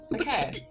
Okay